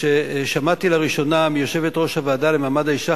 ששמעתי לראשונה מיושבת-ראש הוועדה לקידום מעמד האשה,